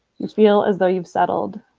you feel as though you've settled.